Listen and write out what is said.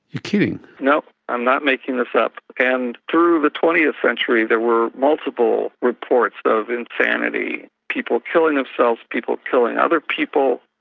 you're kidding! no, i'm not making this up. and through the twentieth century there were multiple reports of insanity, people killing themselves, people killing other people,